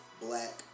black